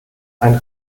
ein